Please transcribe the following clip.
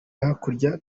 hakurya